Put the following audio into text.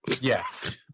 Yes